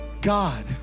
God